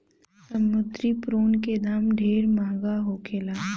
समुंद्री प्रोन के दाम ढेरे महंगा होखेला